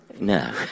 no